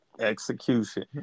Execution